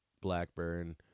Blackburn